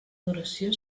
duració